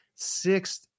sixth